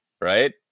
right